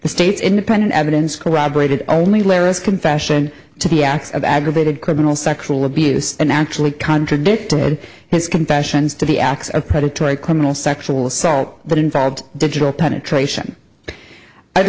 the state's independent evidence corroborated only lehrer's confession to the act of aggravated criminal sexual abuse and actually contradicted his confessions to be acts of predatory criminal sexual assault that involved digital penetration i'd